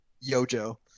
Yojo